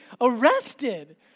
arrested